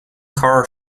car